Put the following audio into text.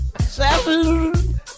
seven